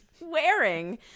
wearing